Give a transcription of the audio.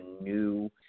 new